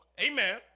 Amen